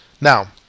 now